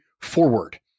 forward